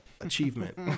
achievement